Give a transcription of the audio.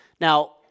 Now